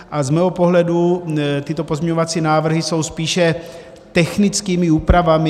Z mého pohledu tyto pozměňovací návrhy jsou spíše technickými úpravami.